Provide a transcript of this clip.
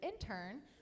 intern